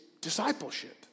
discipleship